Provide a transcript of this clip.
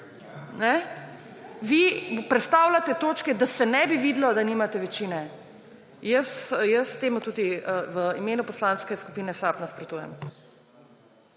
vi prestavljate točke, da se ne bi videlo, da nimate večine. Jaz temu tudi v imenu Poslanske skupine SAB nasprotujem.